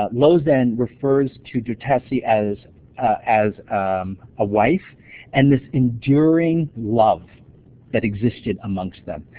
ah lozen refers to dahtetse as as a wife and this enduring love that existed amongst them.